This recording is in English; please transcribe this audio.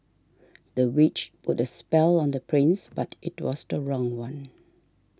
the witch put a spell on the prince but it was the wrong one